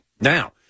Now